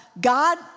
God